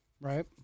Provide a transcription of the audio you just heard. Right